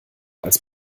als